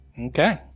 Okay